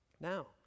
Now